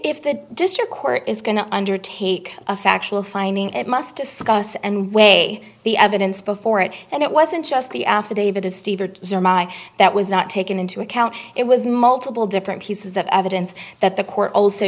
if the district court is going to undertake a factual finding it must discuss and weigh the evidence before it and it wasn't just the affidavit of steve that was not taken into account it was multiple different pieces of evidence that the court also